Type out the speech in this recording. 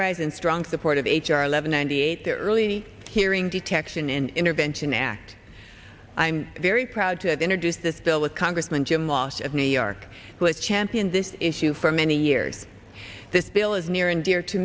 rise in strong support of h r eleven ninety eight the early hearing detection in intervention act i'm very proud to introduce this bill with congressman jim walsh of new york with champion this issue for many years this bill is near and dear to